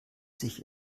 sich